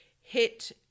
hit